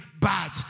bad